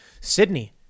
Sydney